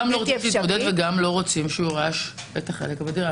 לא רוצים התמודדות וגם לא רוצים שהוא יירש את החלק בדירה.